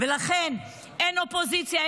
ולכן אין אופוזיציה,